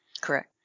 Correct